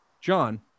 John